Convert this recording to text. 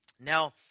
Now